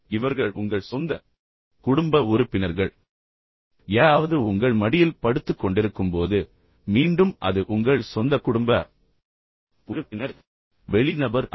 இவர்கள் உங்கள் சொந்த குடும்ப உறுப்பினர்கள் யாராவது உங்கள் மடியில் படுத்துக் கொண்டிருக்கும்போது மீண்டும் அது உங்கள் சொந்த குடும்ப உறுப்பினர் எனவே வெளி நபர் அல்ல